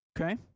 Okay